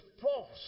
false